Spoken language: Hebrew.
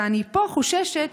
פה אני חוששת